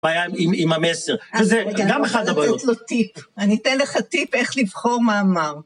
הבעיה עם המסר, וזה גם אחד הבעיות. אני רוצה לתת לו טיפ, אני אתן לך טיפ איך לבחור מאמר.